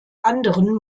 anderen